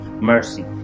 mercy